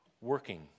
working